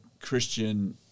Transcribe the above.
Christian